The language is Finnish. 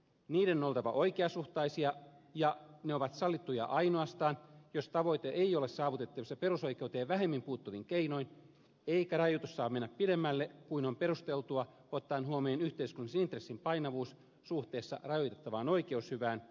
niiden on oltava oikeasuhtaisia ja ne ovat sallittuja ainoastaan jos tavoite ei ole saavutettavissa perusoikeuteen vähemmän puuttuvin keinoin eikä rajoitus saa mennä pidemmälle kuin on perusteltua ottaen huomioon yhteiskunnallisen intressin painavuus suhteessa rajoitettavaan oikeushyvään